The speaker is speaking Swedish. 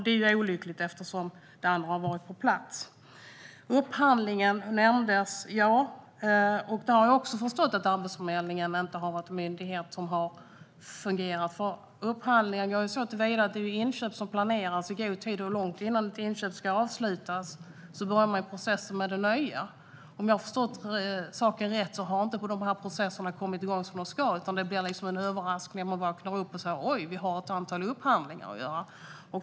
Det är olyckligt eftersom det andra har varit på plats. Upphandlingen nämndes. Där har jag också förstått att Arbetsförmedlingen inte har fungerat som myndighet, för upphandlingen går till väga så att inköp planeras i god tid, och långt innan ett inköp ska avslutas börjar man processen med det nya. Om jag har förstått saken rätt har de här processerna inte kommit igång som de ska, utan det blir en överraskning. Man vaknar upp och säger: Oj, vi har ett antal upphandlingar att göra!